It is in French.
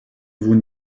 vous